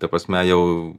ta prasme jau